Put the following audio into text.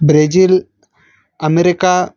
Brazil America